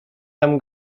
tam